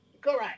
Correct